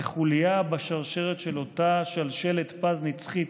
כחוליה בשרשרת של אותה "שלשלת פז נצחית"